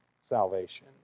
salvation